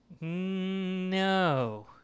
No